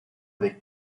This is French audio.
avec